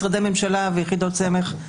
משרדי ממשלה ויחידות סמך,